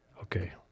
Okay